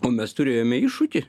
o mes turėjome iššūkį